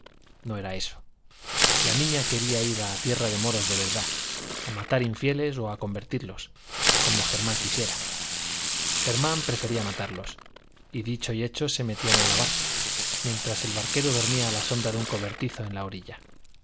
no era eso la niña quería ir a tierra de moros de verdad a matar infieles o a convertirlos como germán quisiera germán prefería matarlos y dicho y hecho se metían en la barca mientras el barquero dormía a la sombra de un cobertizo en la orilla